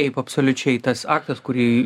taip absoliučiai tas aktas kurį